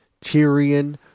Tyrion